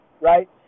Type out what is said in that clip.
right